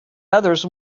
others